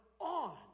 on